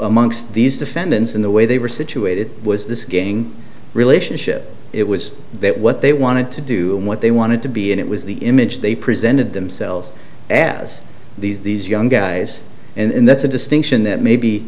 amongst these defendants in the way they were situated was this gaining relationship it was that what they wanted to do and what they wanted to be and it was the image they presented themselves as these these young guys and that's a distinction that maybe